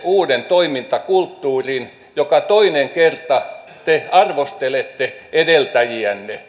uuden toimintakulttuurin joka toinen kerta te arvostelette edeltäjiänne